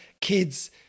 kids